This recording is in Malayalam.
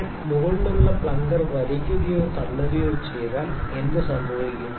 ഞാൻ മുകളിലുള്ള പ്ലങ്കർ വലിക്കുകയോ തള്ളുകയോ ചെയ്താൽ എന്തുസംഭവിക്കും